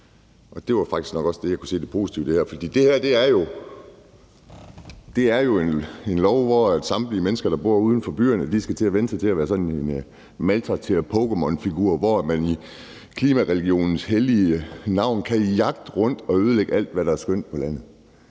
og det var faktisk nok også, hvad jeg kunne se af positivt i det her, for det her er jo en lov, som gør, at samtlige mennesker, der bor uden for byerne, skal til at vænne sig til at være sådan nogle maltrakterede Pokémonfigurer, som man i klimareligionens hellige navn kan jagte rundt og ødelægge alt, hvad der er skønt på landet.